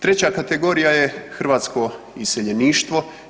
Treća kategorija je hrvatsko iseljeništvo.